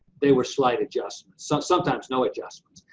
they were slight adjustments. so sometimes, no adjustments.